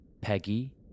Peggy